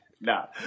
No